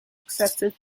excessive